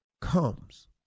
comes